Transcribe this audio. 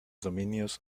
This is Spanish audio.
dominios